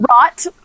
Rot